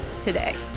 today